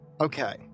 Okay